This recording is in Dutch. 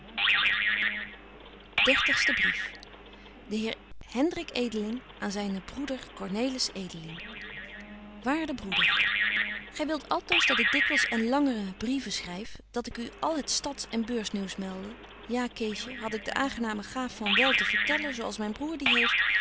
de heer hendrik edeling aan zynen broeder cornelis edeling waarde broeder gy wilt altoos dat ik dikwyls en lange brieven schryf dat ik u al het stads en beursnieuws melde ja keesje had ik de aangename gaaf van wel te vertellen zo als myn broêr die heeft